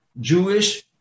Jewish